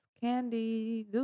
candy